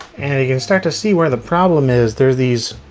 and you can start to see where the problem is there. these